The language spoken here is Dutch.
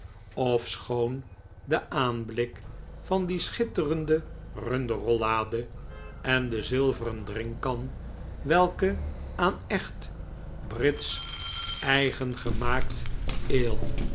ofschoon de aanblik van die schitterende runderrollade en de zilveren drinkkan welke aan echt britsch eigengemaakt ale